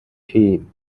tim